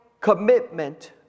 commitment